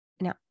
Now